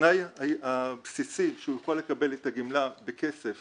התנאי הבסיסי שהוא יוכל לקבל את הגמלה בכסף